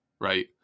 right